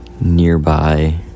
nearby